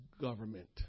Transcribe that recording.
government